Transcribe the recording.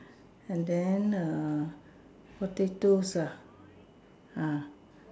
and then err potatoes ah ah